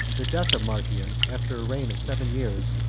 the death of marcian, after a reign of seven years,